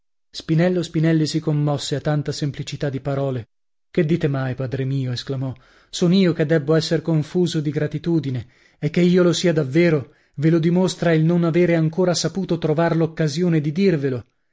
spinello spinelli si commosse a tanta semplicità di parole che dite mai padre mio esclamò son io che debbo esser confuso di gratitudine e che io lo sia davvero ve lo dimostra il non avere ancora saputo trovar l'occasione di dirvelo